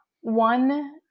One